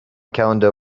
calendar